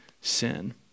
sin